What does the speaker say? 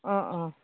অঁ অঁ